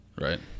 right